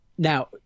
Now